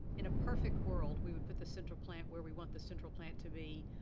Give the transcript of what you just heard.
in a perfect world we would put the central plant where we want the central plant to be